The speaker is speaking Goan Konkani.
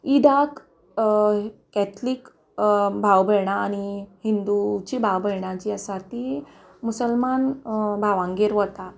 इदाक कॅथलीक भाव भयणां आनी हिंदूची भाव भयणां जीं आसा तीं मुसलमान भावांगेर वता